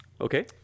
Okay